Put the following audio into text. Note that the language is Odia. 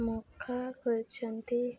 ମକା କରୁଛନ୍ତି